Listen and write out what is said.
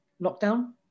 lockdown